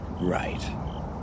Right